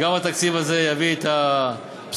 גם התקציב הזה יביא את הבשורה.